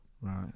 Right